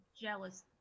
jealous